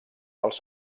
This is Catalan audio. pels